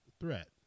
threat